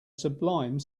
sublime